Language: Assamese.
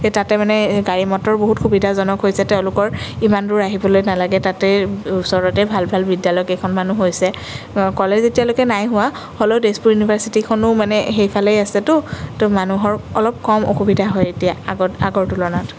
সেই তাতে মানে গাড়ী মটৰ বহুত সুবিধাজনক হৈছে তেওঁলোকৰ ইমান দূৰ আহিবলৈ নালাগে তাতেই ওচৰতেই ভাল ভাল বিদ্যালয় কেইখনমানো হৈছে কলেজ এতিয়ালৈকে নাই হোৱা হ'লেও তেজপুৰ ইউনিভাৰ্ছিটিখনো মানে সেইফালেই আছেতো তো মানুহৰ অলপ কম অসুবিধা হয় এতিয়া আগত আগৰ তুলনাত